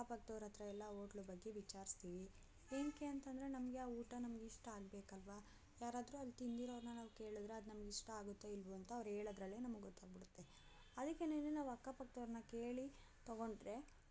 ಅಕ್ಕಪಕ್ದವರ ಹತ್ರ ಎಲ್ಲ ಆ ಹೋಟ್ಲು ಬಗ್ಗೆ ವಿಚಾರಿಸ್ತೀವಿ ಏನಕ್ಕೆ ಅಂತಂದರೆ ನಮಗೆ ಆ ಊಟ ನಮಗೆ ಇಷ್ಟ ಆಗ್ಬೇಕಲ್ವಾ ಯಾರಾದರೂ ಅಲ್ಲಿ ತಿಂದಿರೋರನ್ನ ನಾವು ಕೇಳಿದ್ರೆ ಅದು ನಮಗೆ ಇಷ್ಟ ಆಗುತ್ತೊ ಇಲ್ವೊ ಅಂತ ಅವ್ರು ಹೇಳದ್ರಲ್ಲೇ ನಮ್ಗೆ ಗೊತ್ತಾಗ್ಬಿಡತ್ತೆ ಅದಿಕ್ಕೇನೆ ನಾವು ಅಕ್ಕಪಕ್ದವರನ್ನ ಕೇಳಿ ತಗೊಂಡ್ರೆ